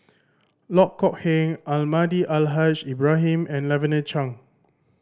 Loh Kok Heng Almahdi Al Haj Ibrahim and Lavender Chang